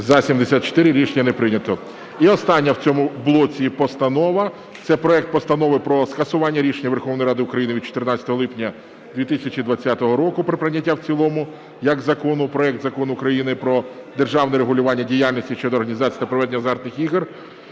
За-74 Рішення не прийнято. І остання в цьому блоці постанова. Це проект Постанови про скасування рішення Верховної Ради України від 14 липня 2020 року про прийняття в цілому як закону проект Закону України "Про державне регулювання діяльності щодо організації та проведення азартних ігор"